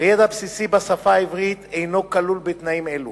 וידע בסיסי בשפה העברית אינו כלול בתנאים אלו.